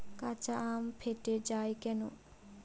কাঁচা আম ফেটে য়ায় কেন?